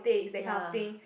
ya